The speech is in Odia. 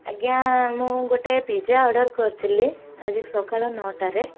ଆଜ୍ଞା ମୁଁ ଗୋଟେ ପିଜା ଅର୍ଡ଼ର କରିଥିଲି ଆଜି ସକାଳ ନଅଟାରେ